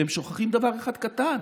והם שוכחים דבר אחד קטן.